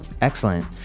Excellent